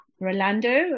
Rolando